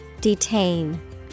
detain